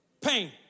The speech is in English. Pain